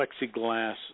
plexiglass